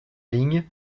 ligne